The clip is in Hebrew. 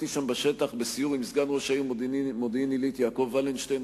הייתי שם בשטח בסיור עם סגן ראש העיר מודיעין-עילית יעקב ולנשטיין,